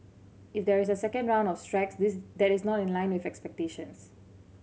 if there is a second round of strikes that is not in line with expectations